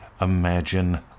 imagine